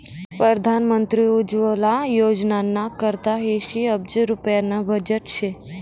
परधान मंत्री उज्वला योजनाना करता ऐंशी अब्ज रुप्याना बजेट शे